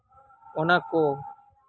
ᱚᱱᱟ ᱠᱚ